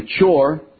mature